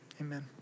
amen